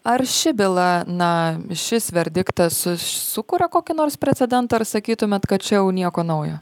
ar ši byla na šis verdiktas sukuria kokį nors precedentą ar sakytumėt kad čia jau nieko naujo